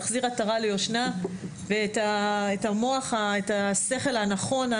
להחזיר עטרה ליושנה ואת השכל הנכון,